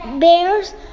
bears